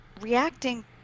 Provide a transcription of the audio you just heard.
reacting